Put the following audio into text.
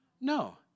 No